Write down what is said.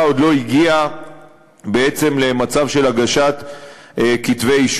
לא הגיעה בעצם למצב של הגשת כתבי-אישום.